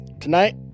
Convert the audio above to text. tonight